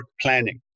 planning